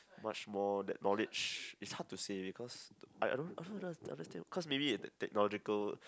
much more that knowledge it's hard to say because I I don't I don't I don't understand cause maybe that technological